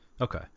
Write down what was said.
Okay